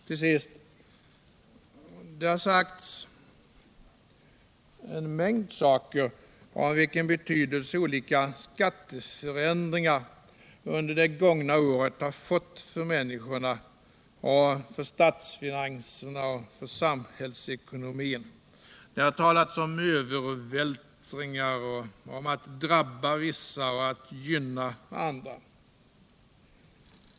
Till sist: Det har sagts en mängd saker om vilken betydelse olika skatteförändringar under det gångna året har fått för människorna, statsfinanserna och samhällsekonomin. Det har talats om övervältringar och om att drabba vissa och att gynna andra.